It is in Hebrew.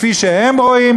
כפי שהם רואים,